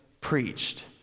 preached